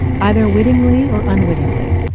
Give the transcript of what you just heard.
either wittingly or unwittingly.